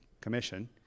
Commission